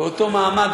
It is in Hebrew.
באותו מעמד,